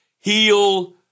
heal